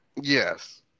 Yes